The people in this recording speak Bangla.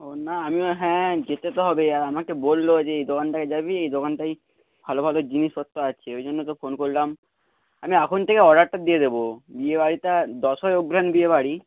ও না আমিও হ্যাঁ যেতে তো হবেই আর আমাকে বলল যে এই দোকানটায় যাবি এই দোকানটায় ভালো ভালো জিনিসপত্র আছে ওই জন্য তো ফোন করলাম আমি এখন থেকে অর্ডারটা দিয়ে দেবো বিয়েবাড়িটা দশই অঘ্রান বিয়েবাড়ি